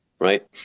right